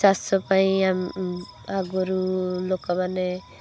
ଚାଷ ପାଇଁ ଆଗରୁ ଲୋକମାନେ